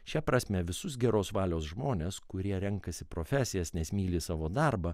šia prasme visus geros valios žmones kurie renkasi profesijas nes myli savo darbą